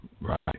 Right